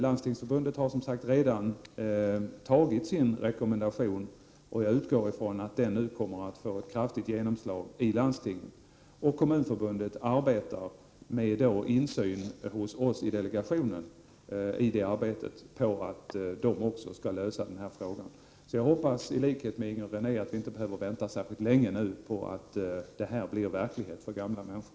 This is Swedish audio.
Landstingsförbundet har som sagt redan antagit en rekommendation till landstingen, och jag utgår ifrån att den nu kommer att få ett kraftigt genomslag i landstingen, och även Kommunförbundet arbetar — vi har i delegationen insyn i det arbetet — på att lösa den frågan. I likhet med Inger René hoppas jag att vi nu inte behöver vänta särskilt länge på att det här blir verklighet för gamla människor.